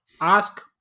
ask